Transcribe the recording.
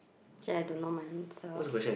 actually I don't know my answer